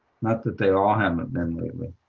not that they all have been.